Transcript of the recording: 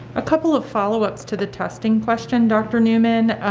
a couple of follow-ups to the testing question, dr. newman.